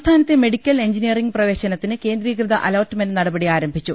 സംസ്ഥാനത്തെ medical engineering പ്രവേശനത്തിന് കേന്ദ്രീകൃത അലോട്ട്മെന്റ് നട്പടി ആരംഭിച്ചു